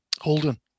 Holden